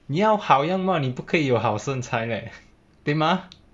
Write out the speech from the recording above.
你要好样貌你不可以有好身材 leh 对吗